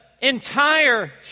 entire